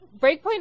Breakpoint